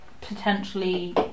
potentially